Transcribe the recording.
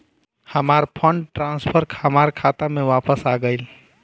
हमार fund transfer हमार खाता में वापस आ गइल